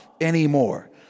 anymore